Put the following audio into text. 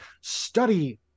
study